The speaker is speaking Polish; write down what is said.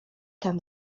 tam